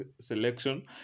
selection